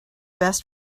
best